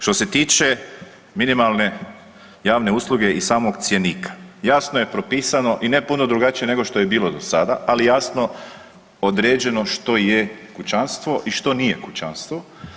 Što se tiče minimalne javne usluge i samog cjenika, jasno je propisano i ne puno drugačije nego što je bilo do sada, ali jasno određeno što je kućanstvo i što nije kućanstvo.